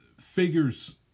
figures